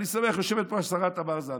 אני שמח, יושבת פה השרה תמר זנדברג,